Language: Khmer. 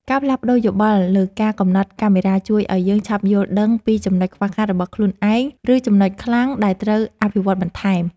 ការផ្លាស់ប្តូរយោបល់លើការកំណត់កាមេរ៉ាជួយឱ្យយើងឆាប់យល់ដឹងពីចំណុចខ្វះខាតរបស់ខ្លួនឯង ឬ ចំណុចខ្លាំងដែលត្រូវអភិវឌ្ឍបន្ថែម។